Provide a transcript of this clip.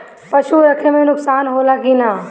पशु रखे मे नुकसान होला कि न?